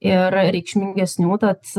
ir reikšmingesnių tad